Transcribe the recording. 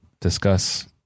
Discuss